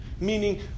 Meaning